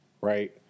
right